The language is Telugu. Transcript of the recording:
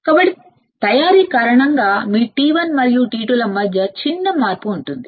β లో చిన్న మార్పు కారణంగా ట్రాన్సిస్టర్ T1 మరియు T2 ల మధ్య చిన్న మార్పు ఉంటుంది